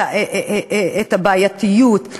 את הבעייתיות,